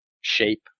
shape